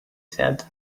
said